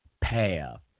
path